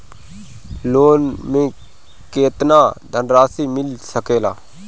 Loan मे केतना धनराशी मिल सकेला?